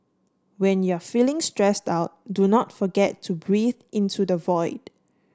when you are feeling stressed out do not forget to breathe into the void